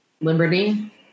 Liberty